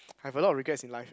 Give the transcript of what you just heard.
I have a lot of regrets in life